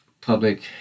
public